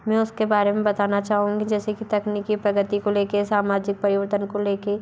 मैं उसके बारे में बताना चाहूँगी जैसे कि तकनीकी प्रगति को लेके सामाजिक परिवर्तन को लेके